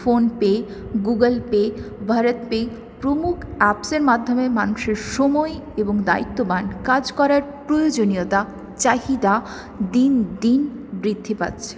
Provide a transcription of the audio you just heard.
PhonePe Google Pay BharatPe প্রমুখ অ্যাপসের মাধ্যমে মানুষের সময় এবং দায়িত্ববান কাজ করার প্রয়োজনীয়তা চাহিদা দিন দিন বৃদ্ধি পাচ্ছে